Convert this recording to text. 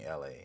LA